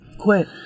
quit